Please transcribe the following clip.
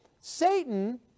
Satan